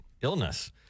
illness